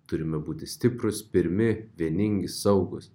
turime būti stiprūs pirmi vieningi saugūs